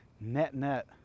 net-net